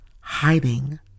hiding